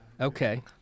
okay